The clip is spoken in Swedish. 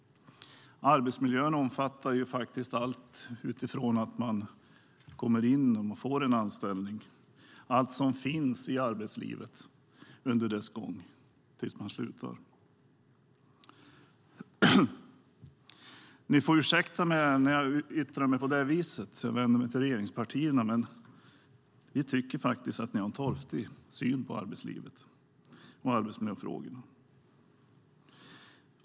Arbetsmiljön omfattar faktiskt allt som finns i arbetslivet från det man får en anställning, under dess gång och tills man slutar. Ni i regeringspartierna får ursäkta mig när jag yttrar mig på det här viset, men vi tycker faktiskt att ni har en torftig syn på arbetslivet och arbetsmiljöfrågorna.